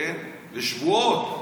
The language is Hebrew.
לשבועות,